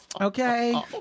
Okay